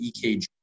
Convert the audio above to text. EKG